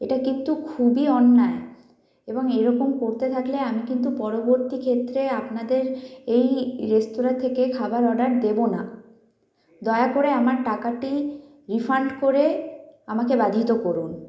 এটা কিন্তু খুবই অন্যায় এবং এরকম করতে থাকলে আমি কিন্তু পরবর্তী ক্ষেত্রে আপনাদের এই রেস্তরাঁ থেকে খাবার অর্ডার দেব না দয়া করে আমার টাকাটি রিফান্ড করে আমাকে বাধিত করুন